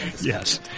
Yes